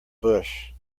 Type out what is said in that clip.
bush